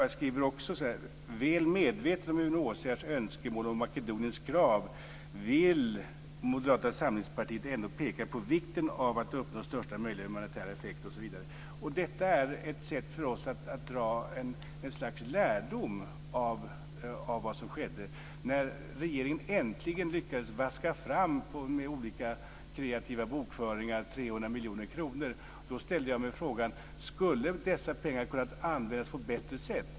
Jag skriver också så här: Väl medveten om UNHCR:s önskemål och Makedoniens krav vill Moderata samlingspartiet ändå peka på vikten av att uppnå största möjliga humanitära effekt osv. Detta är ett sätt för oss att dra ett slags lärdom av vad som skedde. När regeringen äntligen med olika kreativa bokföringar lyckades vaska fram 300 miljoner kronor ställde jag mig frågan: Skulle dessa pengar kunnat användas på ett bättre sätt?